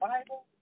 Bible